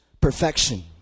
perfection